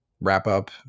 wrap-up